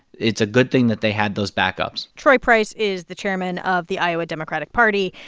it's a good thing that they had those backups troy price is the chairman of the iowa democratic party.